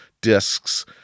discs